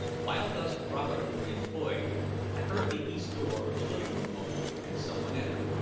while thus profitably employed i heard the east door of the living-room open and someone enter.